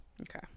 Okay